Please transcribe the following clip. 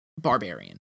Barbarian